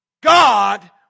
God